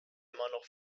immer